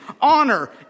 honor